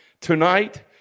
tonight